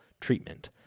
treatment